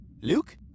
Luke